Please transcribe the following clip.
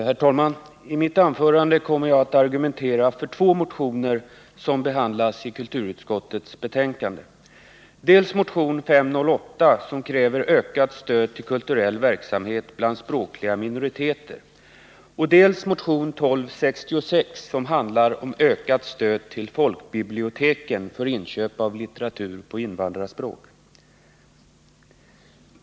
Herr talman! I mitt anförande kommer jag att argumentera för två motioner, som behandlas i kulturutskottets betänkande — dels motionen 508, som kräver ökat stöd till kulturell verksamhet bland språkliga minoriteter, dels motionen 1266, som handlar om ökat stöd till folkbiblioteken för inköp av litteratur på invandrarspråk.